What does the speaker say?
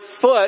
foot